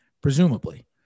presumably